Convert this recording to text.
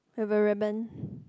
have a ribbon